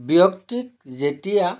ব্যক্তিক যেতিয়া